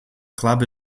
club